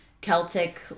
Celtic